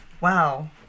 Wow